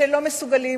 שלא מסוגלים,